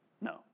No